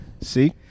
See